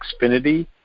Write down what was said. Xfinity